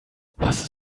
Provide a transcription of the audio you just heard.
was